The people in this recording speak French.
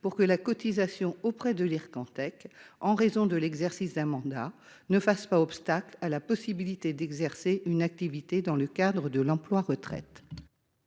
pour que la cotisation auprès de l'Ircantec, en raison de l'exercice d'un mandat, ne fasse pas obstacle à la possibilité d'exercer une activité dans le cadre du dispositif d'emploi-retraite.